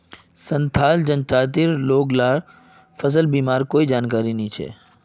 संथाल जनजातिर लोग ला फसल बीमार कोई जानकारी नइ छेक